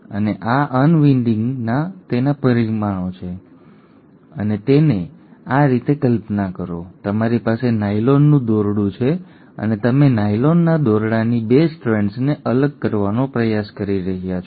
અને આ અનવિન્ડિંગના તેના પરિણામો છે અને તેને આ રીતે કલ્પના કરો તમારી પાસે નાયલોનનું દોરડું છે અને તમે નાયલોનના દોરડાની 2 સ્ટ્રેન્ડ્સને અલગ કરવાનો પ્રયાસ કરી રહ્યા છો